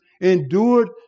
endured